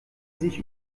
sich